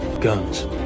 guns